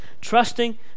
Trusting